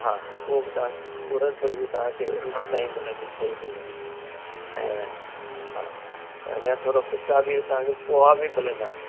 हा हो बि तव्हांखे पुरन पुरियूं बि तव्हांखे उन वटां ई मिलंदी ठही मिलंदी ऐं हा अञा थोरो फिका बि तव्हांखे पोहा बि मिलंदा